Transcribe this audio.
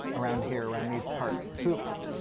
around here, around these parts. hoops,